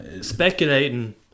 speculating